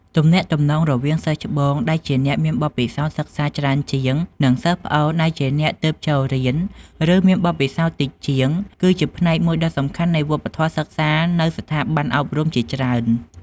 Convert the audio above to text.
ទំនាក់ទំនងរវាង សិស្សច្បង ដែលជាអ្នកមានបទពិសោធន៍សិក្សាច្រើនជាង និង សិស្សប្អូន ដែលជាអ្នកទើបចូលរៀន ឬមានបទពិសោធន៍តិចជាង គឺជាផ្នែកមួយដ៏សំខាន់នៃវប្បធម៌សិក្សានៅស្ថាប័នអប់រំជាច្រើន។